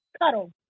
cuddle